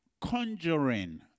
conjuring